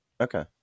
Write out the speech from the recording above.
Okay